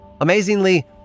Amazingly